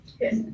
Yes